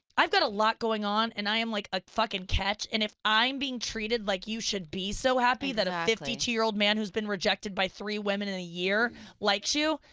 i've got a lot going on, and i am like a fucking catch, and if i'm being treated like you should be so happy that a fifty two year old man who's been rejected by three women in a year likes you,